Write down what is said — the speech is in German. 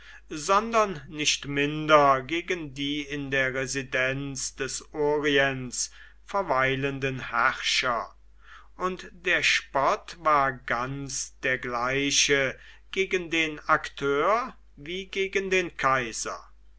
sondern nicht minder gegen die in der residenz des orients verweilenden herrscher und der spott war ganz der gleiche gegen den akteur wie gegen den kaiser